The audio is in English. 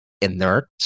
inert